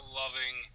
loving